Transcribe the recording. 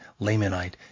Lamanite